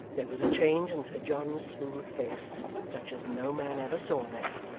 there was a change in sir john's smooth face, such as no man ever saw there.